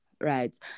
right